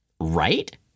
Right